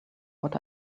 what